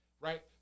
Right